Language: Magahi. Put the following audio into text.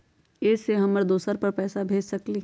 इ सेऐ हम दुसर पर पैसा भेज सकील?